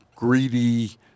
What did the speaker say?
greedy